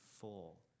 full